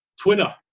Twitter